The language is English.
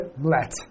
Let